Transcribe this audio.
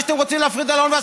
בוא תספר לנו.